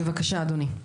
בבקשה אדוני השר.